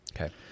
Okay